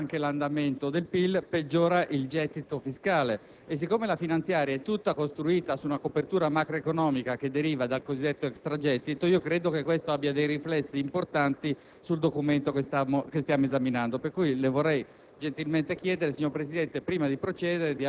ergo*, se peggiorano le prospettive di crescita, peggiorano anche l'andamento del PIL e il gettito fiscale. Siccome la manovra finanziaria è costruita su una copertura macroeconomica che deriva dal cosiddetto extragettito, credo che ciò abbia riflessi importanti sul documento che stiamo esaminando.